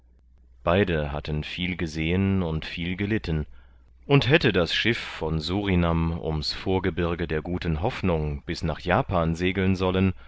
beide hatten viel gesehen und viel gelitten und hätte das schiff von surinam um's vorgebirge der guten hoffnung bis nach japan segeln sollen